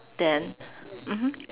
then mmhmm